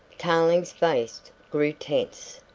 tarling's face grew tense.